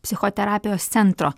psichoterapijos centro